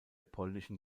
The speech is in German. polnischen